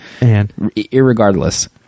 irregardless